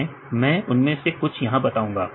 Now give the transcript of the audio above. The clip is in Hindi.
मैं उनमें से कुछ यहां बताऊंगा